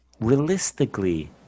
Realistically